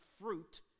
fruit